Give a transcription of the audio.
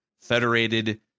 Federated